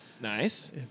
nice